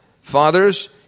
fathers